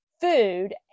food